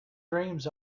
dreams